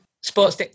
Sports